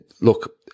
look